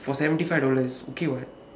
for seventy five dollars okay [what]